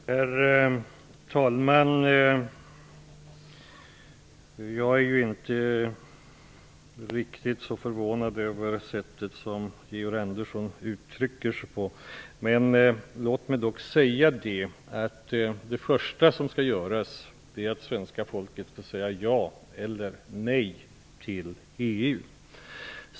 Herr talman! Jag är inte så förvånad över det sätt som Georg Andersson uttrycker sig på. Låt mig dock säga att det första som skall göras är att svenska folket skall säga ja eller nej till EU.